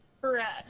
Correct